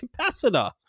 capacitor